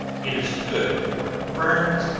it is good for burns,